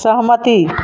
सहमति